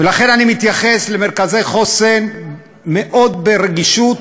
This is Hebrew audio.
ולכן אני מתייחס למרכזי החוסן מאוד ברגישות.